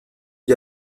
dit